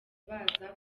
baza